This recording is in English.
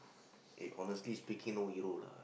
eh honestly speaking no hero lah